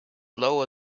lower